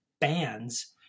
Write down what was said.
bands